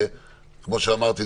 כמו שאמרתי,